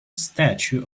statue